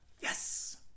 Yes